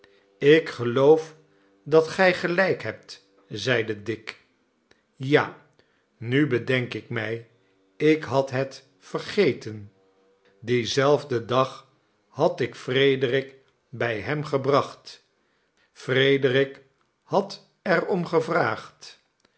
ik geloof dat gij gelijk hebt zeide dick ja nu bedenk ik mij ik had het vergeten dien zelfden dag had ik frederik bij hem gebracht frederik had er om gevraagd